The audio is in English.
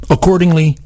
Accordingly